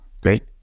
Great